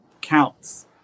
counts